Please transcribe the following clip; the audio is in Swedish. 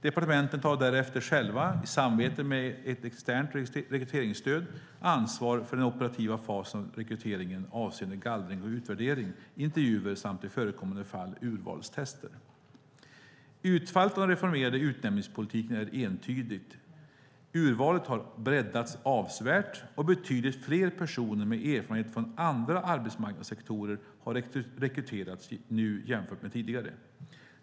Departementen tar därefter själva, eller i samarbete med ett externt rekryteringsstöd, ansvar för den operativa fasen av rekryteringen avseende gallring, utvärdering, intervjuer och, i förekommande fall, urvalstester. Utfallet av den reformerade utnämningspolitiken är entydigt. Urvalet har breddats avsevärt, och betydligt fler personer med erfarenhet från andra arbetsmarknadssektorer har rekryterats jämfört med tidigare.